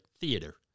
theater